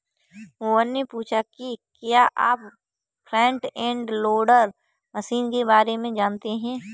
मोहन ने पूछा कि क्या आप फ्रंट एंड लोडर मशीन के बारे में जानते हैं?